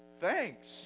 thanks